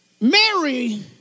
Mary